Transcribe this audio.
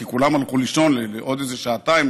כי כולם הלכו לישון לעוד איזה שעתיים,